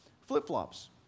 flip-flops